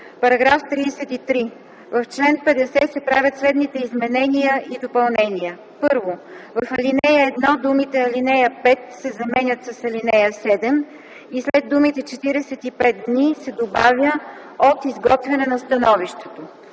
„§ 33. В чл. 50 се правят следните изменения и допълнения: 1. В ал. 1 думите „ал. 5” се заменят с „ал. 7” и след думите „45 дни” се добавя „от изготвяне на становището”.